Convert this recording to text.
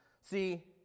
See